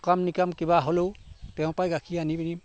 সকাম নিকাম কিবা হ'লেও তেওঁ পাই গাখীৰ আনি পিনি